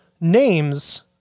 names